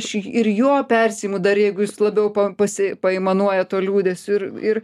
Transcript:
aš ir juo persiimu dar jeigu jis labiau po pasi paaimanuoja tuo liūdesiu ir ir